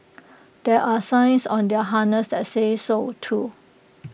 there are signs on their harness that say so too